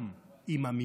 גם אם המיעוט